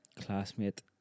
classmate